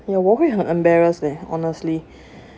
我会很 embarrass leh honestly